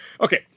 Okay